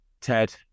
ted